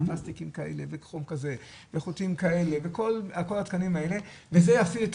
פלסטיקים כאלה וחום כזה וחוטים כאלה וכל התקנים האלה וזה יפעיל את